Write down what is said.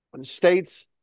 states